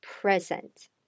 present